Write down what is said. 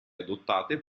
adottate